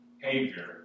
behavior